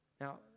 Now